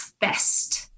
best